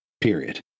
Period